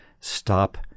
stop